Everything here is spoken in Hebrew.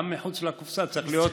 גם מחוץ לקופסה צריך להיות,